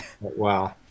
wow